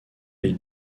les